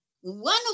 One